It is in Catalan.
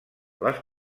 les